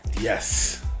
Yes